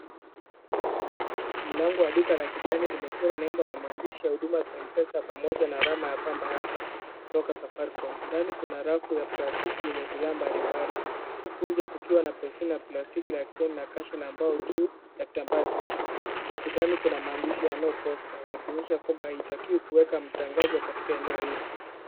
Mlango wa duka la kijani limechorwa nembo na maandishi ya huduma za mpesa pamoja na alama bamba hapa kutoka safaricom. Ndani kuna rafu ya plastiki zenye bidhaa mbalimbali huku nje kukiwa na beseni ya plastiki la kijani na kasha la mbao juu ya kitambaa cheupe. Ukutani kuna maandishi ya No Poster yakionyesha kwamba haitakiwi kuweka matangazo katika eneo hili.